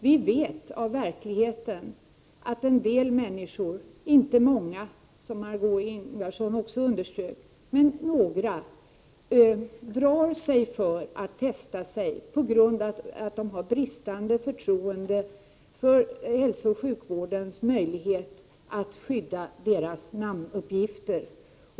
Vi vet av erfarenhet att en del människor — inte många, som Margé Ingvardsson också underströk, men några — drar sig för att testa sig på grund av att de har bristande förtroende för hälsooch sjukvårdens möjlighet att skydda deras namnuppgifter.